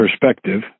perspective